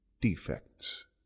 defects